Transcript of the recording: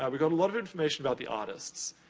and we got a lot of information about the artists.